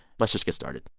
let's just get started.